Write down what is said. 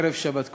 ערב שבת קודש,